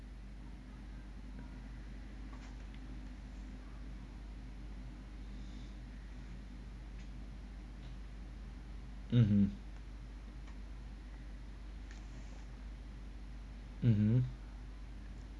mmhmm